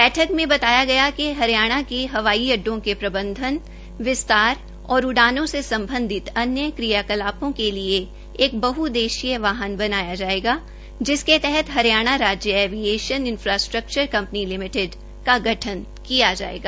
बैठक में बताया गया कि हरियाणा के हवाई अड़डो के प्रबंधन विस्तार और उडानों से सम्बंधित अन्य क्रियाकलापों के लिए एक बहउददेश्यीय वाहन बनाया जाएगा जिसके तहत हरियाणा राज्य एवियशन इन्फ्रास्ट्रक्चर कम्पनी लिमिटेड का गठन किया जाएगा